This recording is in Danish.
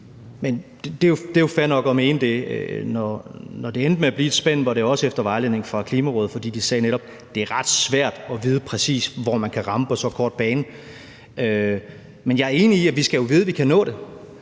Det er jo fair nok at mene det. Når det endte med at blive et spænd, var det også efter vejledning fra Klimarådet, for de sagde netop, at det er ret svært at vide præcist, hvor man kan ramme på så kort en bane. Men jeg er enig i, at vi jo skal vide, at vi kan nå det.